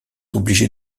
obligés